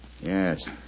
Yes